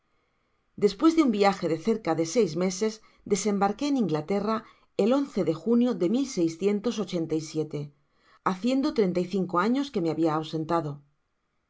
despues de un viaje de cerca de seis meses desembarqué en inglaterra el de junio de ochenta y siete haciendo treinta y cinco años queme habia ausentado